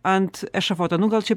ant ešafoto nu gal čia